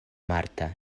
marta